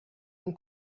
اون